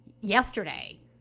yesterday